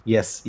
Yes